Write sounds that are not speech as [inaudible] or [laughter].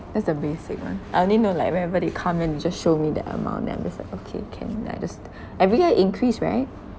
that's the basic one I only know like whenever they come in they just show me the amount then I'm just like okay can and then I just [breath] every year increase right